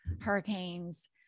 hurricanes